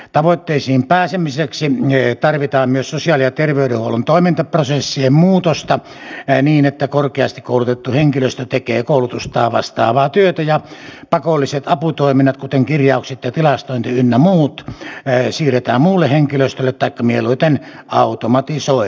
tavoitteisiin pääsemiseksi tarvitaan myös sosiaali ja terveydenhuollon toimintaprosessien muutosta niin että korkeasti koulutettu henkilöstö tekee koulutustaan vastaavaa työtä ja pakolliset aputoiminnot kuten kirjaukset ja tilastointi ynnä muut siirretään muulle henkilöstölle taikka mieluiten automatisoidaan